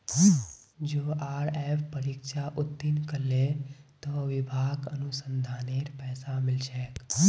JRF परीक्षा उत्तीर्ण करले त विभाक अनुसंधानेर पैसा मिल छेक